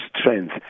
strength